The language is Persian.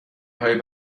های